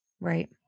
Right